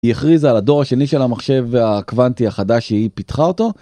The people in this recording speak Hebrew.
היא הכריזה על הדור השני של המחשב הקוואנטי החדש שהיא פיתחה אותו.